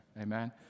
amen